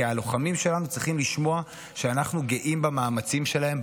כי הלוחמים שלנו צריכים לשמוע שאנחנו גאים במאמצים שלהם,